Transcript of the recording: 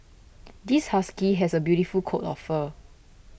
this husky has a beautiful coat of fur